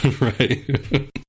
Right